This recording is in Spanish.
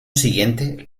siguiente